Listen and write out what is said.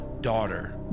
daughter